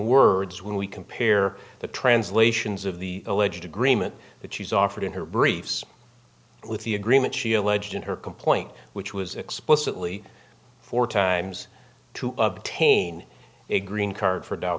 words when we compare the translations of the alleged agreement that she's offered in her briefs with the agreement she alleged in her complaint which was explicitly four times to obtain a green card for do